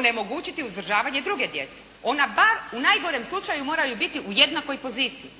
onemogućiti uzdržavanje druge djece. Ona bar u najgorem slučaju moraju biti u jednakoj poziciji.